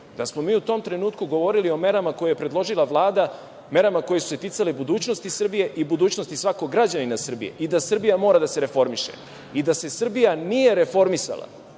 Da smo mi u tom trenutku govorili o merama koje je predložila Vlada, merama koje su se ticale budućnosti Srbije i budućnosti svakog građanina Srbije i da Srbija mora da se reformiše i da se Srbija nije reformisala